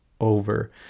over